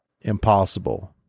impossible